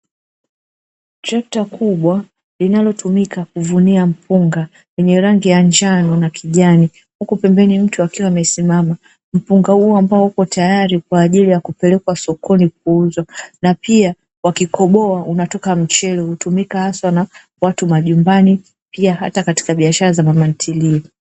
Trekta kubwa linalotumika kuvunia mpunga yenye rangi ya njano na kijani huku pembeni mtu akiwa amesimama, mpunga huo ambao uko tayari kwa ajili ya kupelekwa sokoni kuuzwa na pia wakikoboa unatoka mchele hutumika hasa na watu majumbani pia hata katika biashara za mama ntilie.